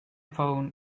phone